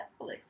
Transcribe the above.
Netflix